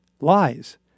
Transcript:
Lies